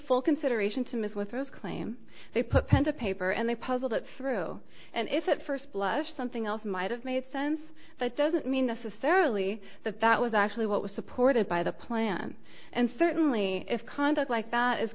full consideration to ms with both claim they put pen to paper and they puzzle that through and if at first blush something else might have made sense that doesn't mean necessarily that that was actually what was supported by the plan and certainly if conduct like that is